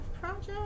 project